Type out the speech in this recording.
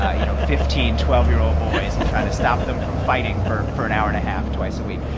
you know, fifteen twelve year old boys and trying to stop them from fighting for for an hour and a half twice a week.